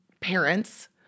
parents